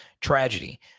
tragedy